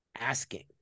asking